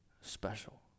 special